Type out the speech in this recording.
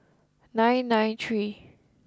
nine nine three